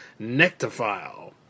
nectophile